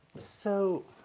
so,